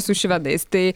su švedais tai